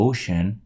Ocean